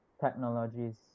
technologies